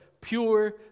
pure